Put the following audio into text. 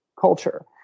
culture